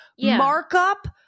markup